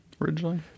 originally